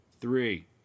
three